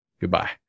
goodbye